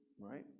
right